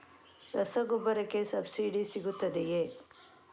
ರಸಗೊಬ್ಬರಕ್ಕೆ ಸಬ್ಸಿಡಿ ಸಿಗುತ್ತದೆಯೇ?